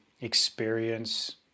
experience